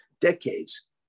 decades